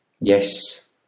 Yes